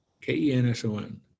K-E-N-S-O-N